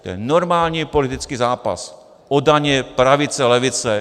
To je normální politický zápas o daně, pravice levice.